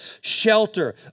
Shelter